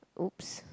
!oops!